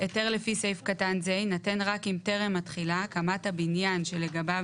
"היתר לפי סעיף קטן זה יינתן רק אם טרם התחילה הקמת הבניין שלגביו